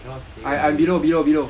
where are you I cannot see you